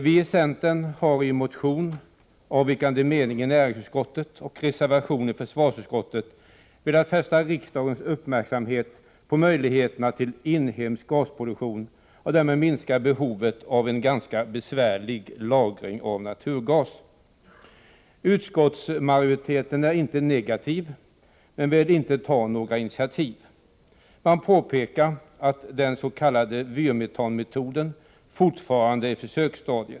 Vi i centern har genom en motion, avvikande mening i näringsutskottet = Nr 162 och reservation i försvarsutskottet velat fästa riksdagens uppmärksamhet på Onsdagen den möjligheterna till inhemsk gasproduktion och därmed ett minskat behov av S juni 1985 en ganska besvärlig lagring av naturgas. Utskottsmajoriteten är inte negativ, men vill inte ta några initiativ. Man Försörjningsbered påpekar att dens.k. vyrmetanmetoden fortfarande är på försöksstadiet.